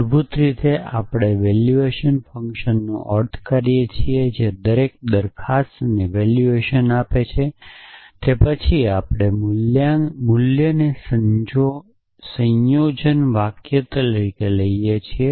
મૂળભૂત રીતે આપણે વેલ્યુએશન ફંક્શનનો અર્થ કરીએ છીએ જે દરેક પ્રોપોજીશનને વેલ્યુએશન આપે છે અને તે પછી આપણે મૂલ્યને સંયોજન વાક્ય લઈ શકીએ છીએ